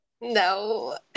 No